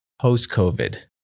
post-COVID